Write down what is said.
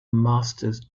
masters